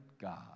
God